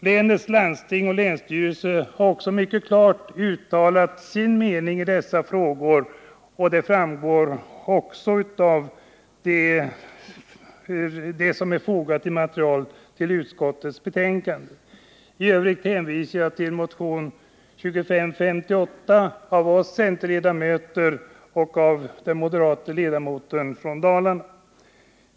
Länets landsting och länsstyrelse har också mycket klart uttalat sin mening i dessa frågor, och det framgår också av det material som är fogat till utskottsbetänkandet. I övrigt hänvisar jag till motionen 2558 av oss centerledamöter och av den moderata ledamoten från Dalarna.